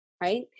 right